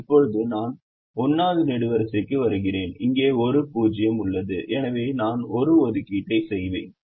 இப்போது நான் 1 வது நெடுவரிசைக்கு வருகிறேன் இங்கே ஒரு 0 உள்ளது எனவே நான் ஒரு ஒதுக்கீட்டை செய்வேன்